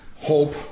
hope